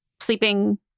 sleeping